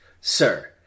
Sir